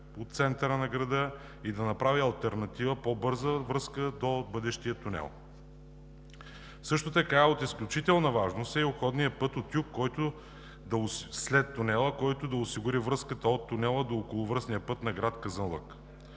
от центъра на града и да направи алтернатива, по-бърза връзка до бъдещия тунел; също от изключителна важност е и обходният път от юг – след тунела, който да осигури връзката от тунела до околовръстния път на град Казанлък.